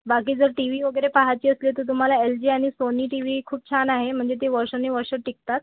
बाकी जर T V वगैरे पाहायचे असले तर तुम्हाला एल जी आणि सोनी टी वी खूप छान आहे म्हणजे ते वर्षानुवर्ष टिकतात